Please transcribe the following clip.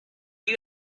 you